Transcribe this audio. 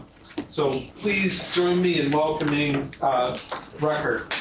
so please join me in welcoming rucker.